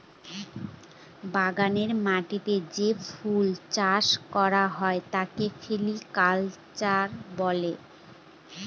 বাগানের মাটিতে যে ফুল চাষ করা হয় তাকে ফ্লোরিকালচার বলে